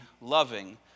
loving